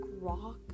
rock